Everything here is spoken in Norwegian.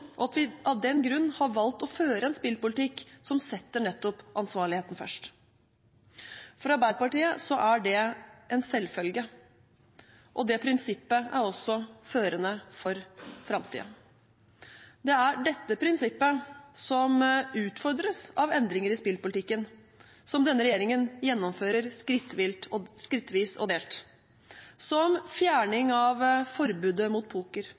og at vi av den grunn har valgt å føre en spillpolitikk som setter nettopp ansvarligheten først. For Arbeiderpartiet er det en selvfølge, og det prinsippet er også førende for framtiden. Det er dette prinsippet som utfordres av endringer i spillpolitikken, som denne regjeringen gjennomfører skrittvis og delt, som fjerning av forbudet mot poker,